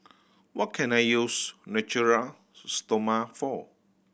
what can I use Natura Stoma for